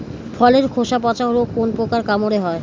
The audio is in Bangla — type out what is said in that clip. ফলের খোসা পচা রোগ কোন পোকার কামড়ে হয়?